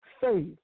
faith